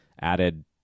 added